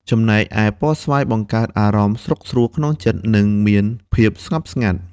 ចំណែកឯពណ៌ស្វាយបង្កើតអារម្មណ៍សុខស្រួលក្នុងចិត្ត និងមានភាពស្ងប់ស្ងាត់។